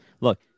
Look